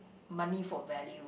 money for value